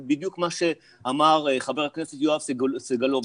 זה בדיוק מה שאמר חבר הכנסת יואב סגלוביץ',